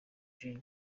gen